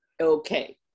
Okay